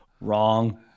Wrong